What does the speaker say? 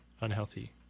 unhealthy